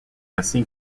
ainsi